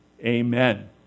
Amen